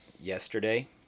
yesterday